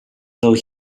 though